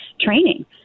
training